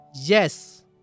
yes